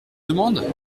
demande